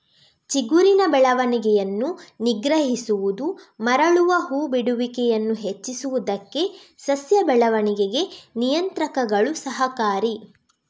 ಚಿಗುರಿನ ಬೆಳವಣಿಗೆಯನ್ನು ನಿಗ್ರಹಿಸುವುದು ಮರಳುವ ಹೂ ಬಿಡುವಿಕೆಯನ್ನು ಹೆಚ್ಚಿಸುವುದಕ್ಕೆ ಸಸ್ಯ ಬೆಳವಣಿಗೆ ನಿಯಂತ್ರಕಗಳು ಸಹಕಾರಿ